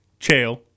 Chael